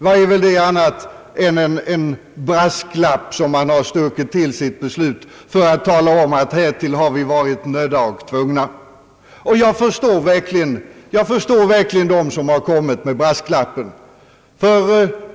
Vad är det väl annat än en brasklapp som man har stuckit till sitt beslut för att tala om att härtill har vi varit nödda och tvungna. Jag förstår verkligen dem som har kommit med brasklappen.